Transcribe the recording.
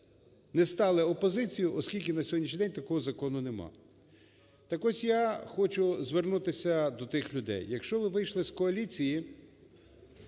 не стали опозицією, оскільки на сьогоднішній день такого закону нема. Так ось, я хочу звернутися до тих людей. Якщо ви вийшли з коаліції,